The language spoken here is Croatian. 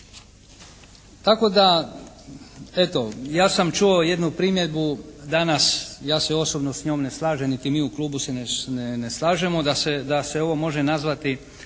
Tako da eto, ja sam čuo jednu primjedbu danas, ja se osobno s njom ne slažem niti mi u klubu se ne slažemo, da se ovo može nazvati